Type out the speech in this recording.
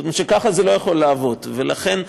ככה זה לא יכול לעבוד, ולכן,